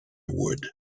wood